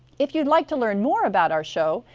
if you'd like to learn more about our show,